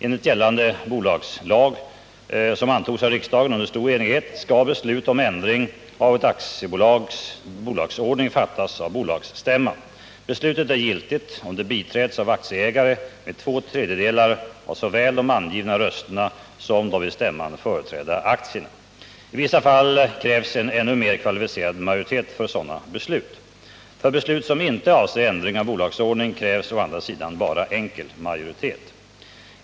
Enligt gällande aktiebolagslag — som antogs av riksdagen under stor enighet — skall beslut om ändring av ett aktiebolags bolagsordning fattas av bolagsstämman. Beslutet är giltigt, om det biträtts av aktieägare med två tredjedelar av såväl de avgivna rösterna som de vid stämman företrädda aktierna. I vissa fall krävs en ännu mer kvalificerad majoritet för sådana beslut. För beslut som inte avser ändring av bolagsordning krävs å andra sidan bara enkel majoritet.